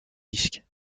disque